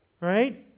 Right